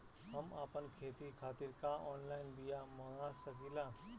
हम आपन खेती खातिर का ऑनलाइन बिया मँगा सकिला?